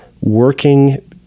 working